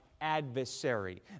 adversary